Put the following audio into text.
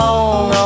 Long